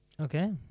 okay